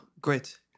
Great